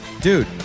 Dude